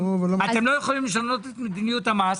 אתם לא יכולים לשנות את מדיניות המס,